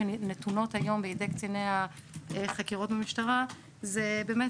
שנתונות היום בידי קציני החקירות במשטרה זה להיות